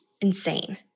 Insane